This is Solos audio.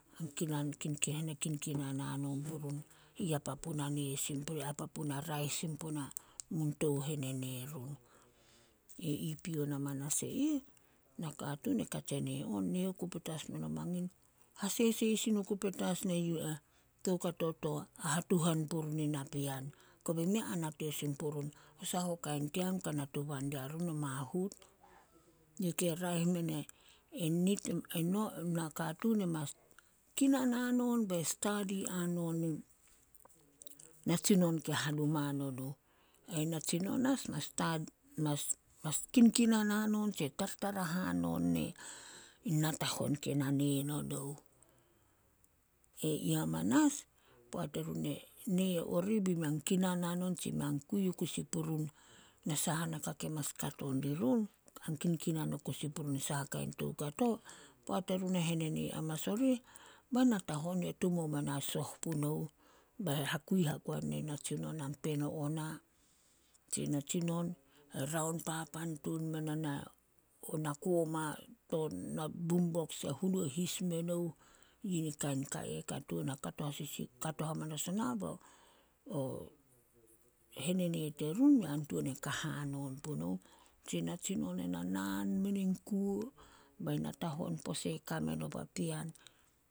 Hene kinkinan hanon purun ya papu na raeh sin puna mun tou henenee run. Pion amanas e ih, nakatuun e katse nee on, nee oku petas meno mangin hasesei sin oku petas sin e yu eh, toukato to hahatuhan purun in napean. Kobe mei a nate sin purun saha kain team ka na tuba dia run mahut. Yi ke raeh mene, eno, nakatuun e mas kinan hanon be stadi hanon nin natsinon ke hanuma nonuh. Ai natsinon as mas kinkinan hanon tse tartara hanon ne, in natahon ke na nee no nouh. E ih amanas, poat erun e nee orih be mei an kinan hanon tsi mei an kui kusi purun na saha naka ke mas kato dirun. An kinkinan o kusi purun saha kain toukato, poat erun henene amanas orih, ba natahon yu eh tumou menai soh punouh, bai hakui hasoan nin natsinon, an peno ana, tsin natsinon e raon papan tun mena na, na koma to na bumboks e hunou his me nouh. Yi ni kain kai eh kato hamanas ona bo henene terun mei a tuan ka hanon punouh. Natsinon e na naan menin kuo, bai natahon pose kame no papean.